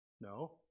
No